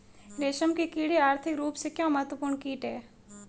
रेशम के कीड़े आर्थिक रूप से क्यों महत्वपूर्ण कीट हैं?